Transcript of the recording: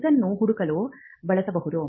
ಇದನ್ನು ಹುಡುಕಲು ಬಳಸಬಹುದು